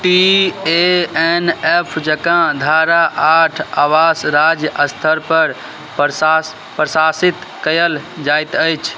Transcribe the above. T A N F जकाँ धारा आठ आवास राज्य स्तरपर प्रशास प्रशासित कयल जाइत अछि